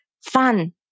fun